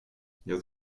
jag